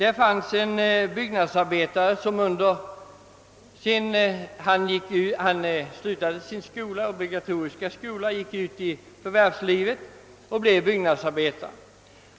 En yngling gick efter avslutad obligatorisk skolgång och blev byggnadsarbetare.